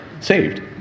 saved